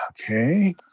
Okay